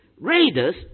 raiders